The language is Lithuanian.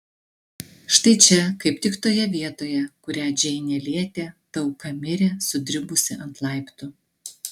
štai čia kaip tik toje vietoje kurią džeinė lietė ta auka mirė sudribusi ant laiptų